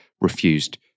refused